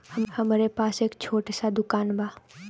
हमरे पास एक छोट स दुकान बा